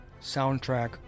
soundtrack